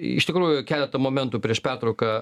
iš tikrųjų keletą momentų prieš pertrauką